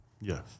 Yes